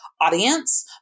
audience